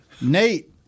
Nate